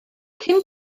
cyn